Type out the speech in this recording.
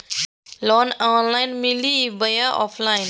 Loan online मिली बोया offline?